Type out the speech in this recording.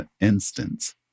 instance